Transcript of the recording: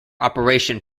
operation